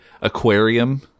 aquarium